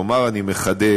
כלומר, אני מחדד,